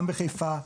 גם בחיפה,